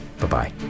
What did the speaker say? Bye-bye